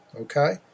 Okay